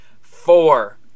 four